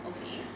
okay